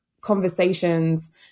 conversations